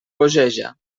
bogeja